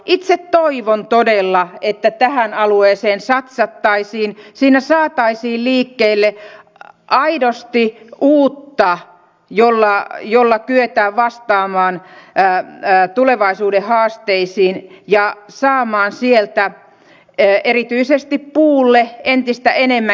itse toivon todella että tähän alueeseen satsattaisiin että siinä saataisiin liikkeelle aidosti uutta jolla kyetään vastaamaan tulevaisuuden haasteisiin ja saamaan sieltä erityisesti puulle entistä enemmän kilohintaa